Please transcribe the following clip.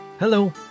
Hello